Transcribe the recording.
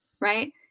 right